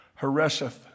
Haresheth